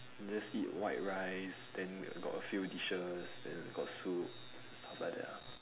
just eat white rice then got a few dishes then got soup and stuff like that ah